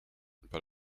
but